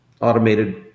automated